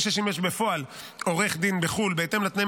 מי ששימש בפועל עורך דין בחו"ל בהתאם לתנאים